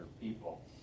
people